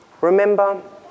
Remember